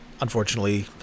Unfortunately